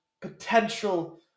potential